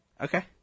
Okay